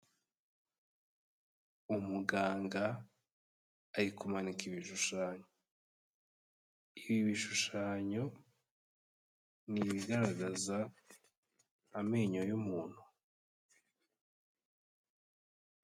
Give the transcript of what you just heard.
Umuganga arikumanika ibishushanyo, ibi bishushanyo ni ibigaragaza amenyo y'umuntu.